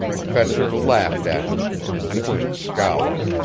fetcher laughed at him and quint scowled.